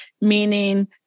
meaning